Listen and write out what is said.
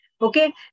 Okay